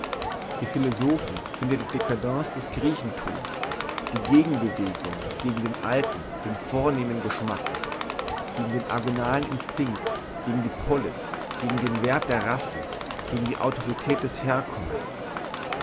die philosophen sind ja die dcadents des griechenthums die gegenbewegung gegen den alten den vornehmen geschmack gegen den agonalen instinkt gegen die polis gegen den werth der rasse gegen die autorität des herkommens